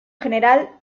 general